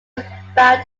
about